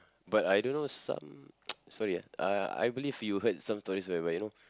but I don't know some sorry ah uh I believe you heard some stories whereby you know